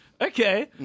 Okay